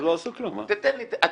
הם לא עשו כלום, למה בחוצפה?